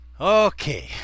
Okay